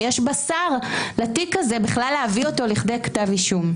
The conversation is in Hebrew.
אם יש בשר לתיק הזה בכלל להביא אותו לכדי כתב אישום.